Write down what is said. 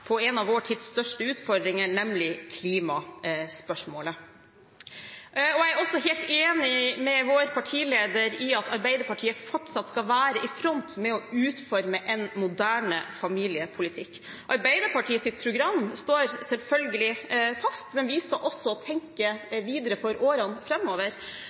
på en av vår tids største utfordringer, nemlig klimaspørsmålet. Jeg er også helt enig med vår partileder i at Arbeiderpartiet fortsatt skal være i front når det gjelder å utforme en moderne familiepolitikk. Arbeiderpartiets program står selvfølgelig fast, men vi skal også tenke videre – for årene